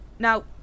Now